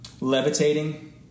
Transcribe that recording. levitating